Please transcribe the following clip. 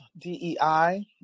DEI